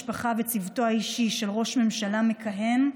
וצוותו האישי של ראש ממשלה מכהן,